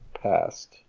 past